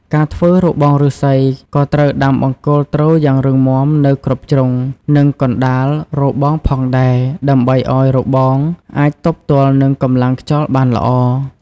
ការធ្វើរបងឬស្សីក៏ត្រូវដាំបង្គោលទ្រយ៉ាងរឹងមាំនៅគ្រប់ជ្រុង និងកណ្ដាលរបងផងដែរ ដើម្បីឱ្យរបងអាចទប់ទល់នឹងកម្លាំងខ្យល់បានល្អ។